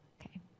Okay